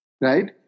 right